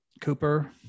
Cooper